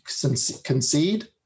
concede